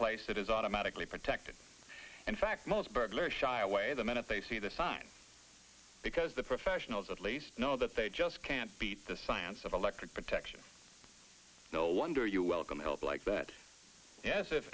place that is automatically protected in fact most burglars shy away the minute they see the sign because the professionals at least know that they just can't beat the science of electric protection no wonder you welcome help like that yes if